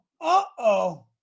uh-oh